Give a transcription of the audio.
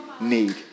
need